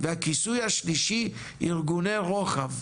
והכיסוי השלישי ארגוני רוחב,